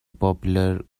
popular